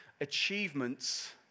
achievements